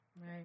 Right